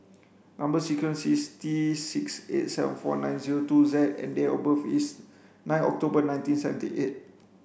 number sequence is T six eight seven four nine zero two Z and date of birth is nine October nineteen seventy eight